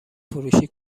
فروشی